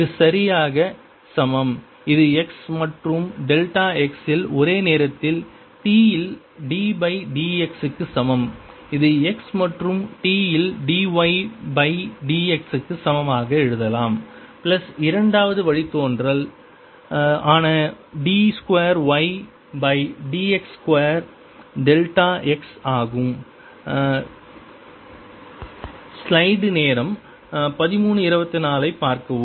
இது சரியாக சமம் இது x மற்றும் டெல்டா x இல் ஒரே நேரத்தில் t இல் dy பை dx க்கு சமம் இது x மற்றும் t இல் dy பை dx க்கு சமமாக எழுதலாம் பிளஸ் இரண்டாவது வழித்தோன்றல் ஆன d 2 y பை dx வர்க்கம் டெல்டா x ஆகும் ஸ்லைடு நேரம் 1324 ஐப் பார்க்கவும்